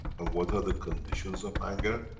and, what are the conditions of anger?